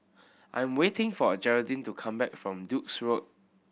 I am waiting for Jeraldine to come back from Duke's Road